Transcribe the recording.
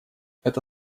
это